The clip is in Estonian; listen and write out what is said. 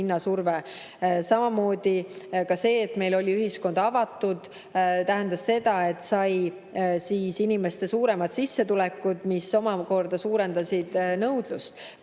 hinnasurve. Samamoodi see, et meil oli ühiskond avatud, tähendas seda, et inimesed said suuremat sissetulekut, mis omakorda suurendas nõudlust.